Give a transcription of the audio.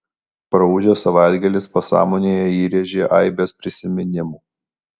praūžęs savaitgalis pasąmonėje įrėžė aibes prisiminimų